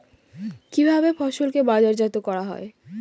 কিভাবে ফসলকে বাজারজাত করা হয়?